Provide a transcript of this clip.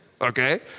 okay